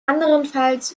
anderenfalls